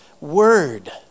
word